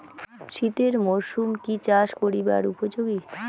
শীতের মরসুম কি চাষ করিবার উপযোগী?